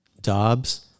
Dobbs